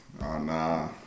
nah